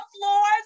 floors